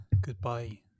Goodbye